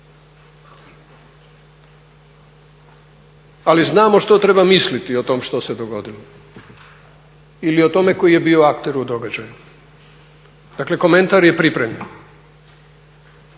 Ali znamo što treba misliti o tome što se dogodilo ili o tome koji je bio akter u događaju. Dakle komentar je pripremljen.